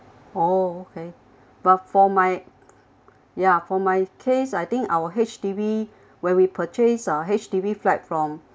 oh okay but for my ya for my case I think our H_D_B where we purchase our H_D_B flat from